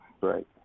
Right